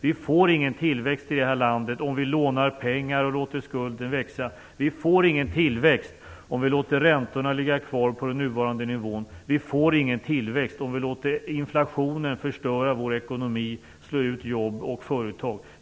Vi får ingen tillväxt i det här landet om vi lånar pengar och låter skulden växa. Vi får ingen tillväxt om vi låter räntorna ligga kvar på den nuvarande nivån. Vi får ingen tillväxt om vi låter inflationen förstöra vår ekonomi och slå ut jobb och företag.